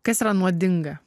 kas yra nuodinga